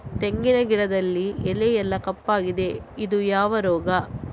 ತೆಂಗಿನ ಗಿಡದಲ್ಲಿ ಎಲೆ ಎಲ್ಲಾ ಕಪ್ಪಾಗಿದೆ ಇದು ಯಾವ ರೋಗ?